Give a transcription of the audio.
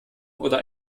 oder